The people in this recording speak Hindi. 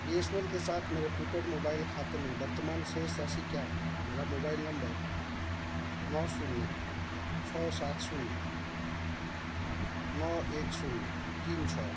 बीएसनेल के साथ मेरे प्रीपेड मोबाइल खाते में वर्तमान शेष राशि क्या है मेरा मोबाइल नंबर नौ शून्य छः सात शून्य नौ एक शून्य तीन छः है